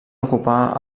ocupar